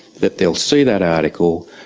that they'll see that article,